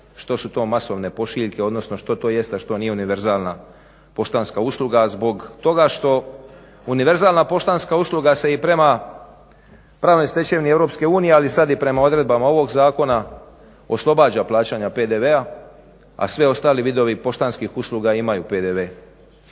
što su to masovne pošiljke odnosno što to jest, a što nije univerzalna poštanska usluga, zbog toga što univerzalna poštanska usluga se i prema pravnoj stečevini EU ali i sada prema odredbama ovog zakona oslobađa plaćanja PDV-a a svi ostali vidovi poštanskih usluga imaju PDV.